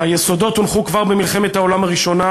היסודות הונחו כבר במלחמת העולם הראשונה,